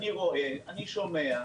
רואה, אני שומע,